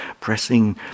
pressing